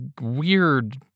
weird